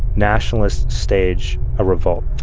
nationalists stage a revolt.